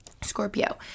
scorpio